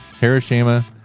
Hiroshima